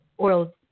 oil